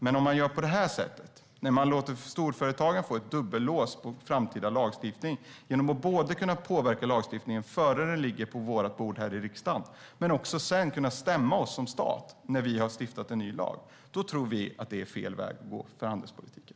Men om man gör på det här sättet och låter storföretagen få ett dubbellås på framtida lagstiftning genom att både kunna påverka lagstiftningen innan den ligger på vårt bort här i riksdagen och sedan kunna stämma oss som stat när vi har stiftat en ny lag tror vi att det är fel väg att gå för handelspolitiken.